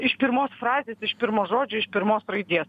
iš pirmos frazės iš pirmo žodžio iš pirmos raidės